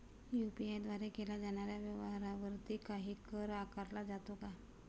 UPI द्वारे केल्या जाणाऱ्या व्यवहारावरती काही कर आकारला जातो का?